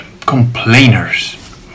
complainers